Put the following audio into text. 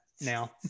now